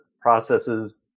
processes